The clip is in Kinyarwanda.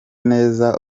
neza